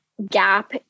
gap